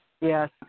Yes